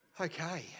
Okay